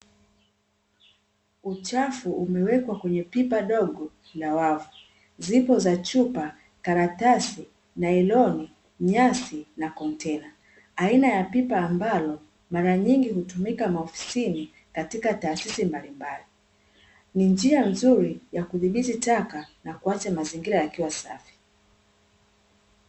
Uchafu umewekwa kwenye pipa dogo la wavu, zipo za chupa, karatasi, nailoni, nyasi na kontena. Aina ya pipa ambalo mara nyingi hutumika maofisini katikati taasisi mbalimbali. Ni njia nzuri ya kudhibiti taka na kuacha mazingira yakiwa masafi.